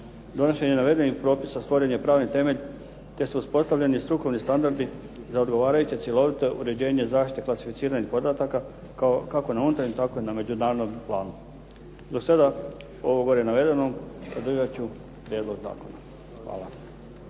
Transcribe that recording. Donošenjem navedenih propisa stvoren je pravni temelj te su uspostavljeni strukovni standardi za odgovarajuće cjelovito uređenje zaštite klasificiranih podataka kako na unutarnjem, tako i na međunarodnom planu. Zbog svega ovog gore navedeno podržat ću prijedlog zakona. Hvala.